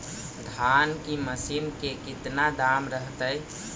धान की मशीन के कितना दाम रहतय?